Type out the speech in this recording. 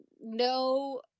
no